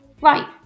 Right